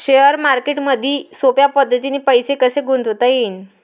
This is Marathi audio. शेअर मार्केटमधी सोप्या पद्धतीने पैसे कसे गुंतवता येईन?